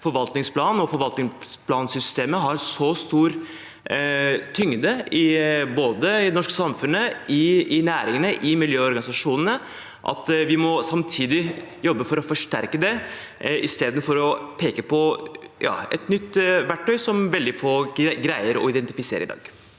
forvaltningsplanen og forvaltningsplansystemet har så stor tyngde både i det norske samfunnet, i næringene og i miljøorganisasjonene at vi samtidig må jobbe for å forsterke det, istedenfor å peke på et nytt verktøy som veldig få greier å identifisere i dag.